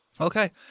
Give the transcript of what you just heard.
Okay